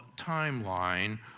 Timeline